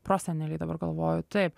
proseneliai dabar galvoju taip